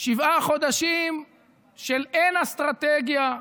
שבעה חודשים של אין אסטרטגיה,